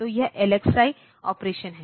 तो यह LXI operation है